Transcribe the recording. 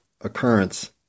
occurrence